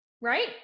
right